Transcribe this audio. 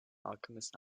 alchemist